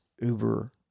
uber